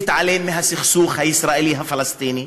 התעלם מהסכסוך הישראלי פלסטיני,